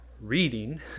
reading